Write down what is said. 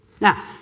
Now